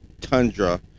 tundra